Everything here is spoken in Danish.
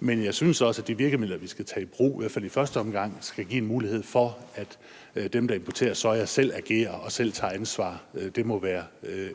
Men jeg synes også, at de virkemidler, vi skal tage i brug – i hvert fald i første omgang – skal give en mulighed for, at dem, der importerer soja, selv agerer og selv tager ansvar. Det må være